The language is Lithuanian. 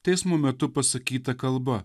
teismo metu pasakyta kalba